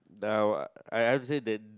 uh I've say they